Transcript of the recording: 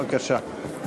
בבקשה.